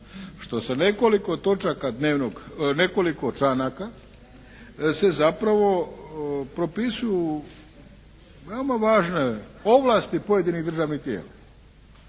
što se nekoliko članaka se zapravo propisuju veoma važne ovlasti pojedinih državnih tijela